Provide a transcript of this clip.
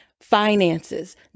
Finances